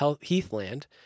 heathland